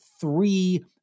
three